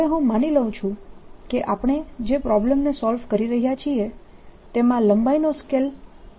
હવે હું માની લઉં છું કે આપણે જે પ્રોબ્લમને સોલ્વ કરી રહ્યા છીએ તેમાં લંબાઈનો સ્કેલ l છે